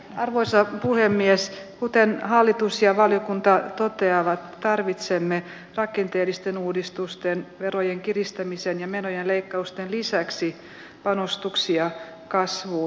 arvoisa puhemies kuten hallitus ja valiokunta toteavat tarvitsemme rakenteellisten uudistusten verojen kiristämisen ja menojen leikkausten lisäksi panostuksia kasvu